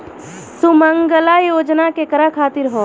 सुमँगला योजना केकरा खातिर ह?